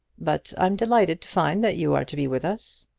but i'm delighted to find that you are to be with us.